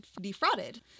defrauded